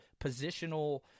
positional